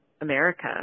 America